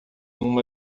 uma